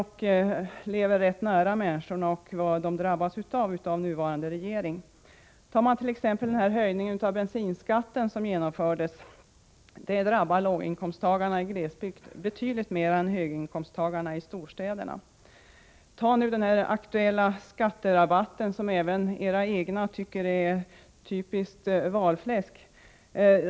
Jag lever rätt nära människorna och känner till hur de drabbas av den nuvarande regeringens åtgärder. Låt oss ta t.ex. den höjning av bensinskatten som genomfördes. Den drabbar låginkomsttagarna i glesbygder betydligt mer än höginkomsttagarna i storstäderna. Eller låt oss ta den aktuella skatterabatten, som även era egna tycker är typiskt valfläsk.